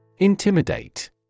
Intimidate